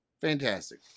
Fantastic